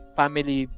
family